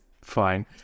fine